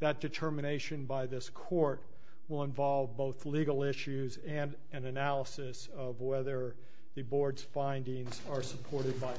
that determination by this court will involve both legal issues and an analysis of whether the board's findings are supported by